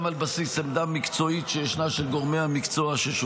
גם על בסיס עמדה מקצועית של גורמי המקצוע שישנה,